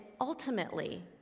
ultimately